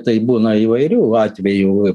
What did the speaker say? tai būna įvairių atvejų